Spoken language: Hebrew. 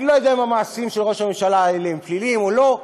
אני לא יודע אם המעשים האלה של ראש הממשלה הם פליליים או לא,